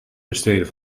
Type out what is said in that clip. besteden